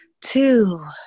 Two